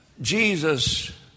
Jesus